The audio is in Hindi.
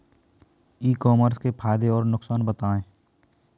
ई कॉमर्स के फायदे और नुकसान बताएँ?